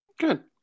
Good